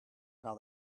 now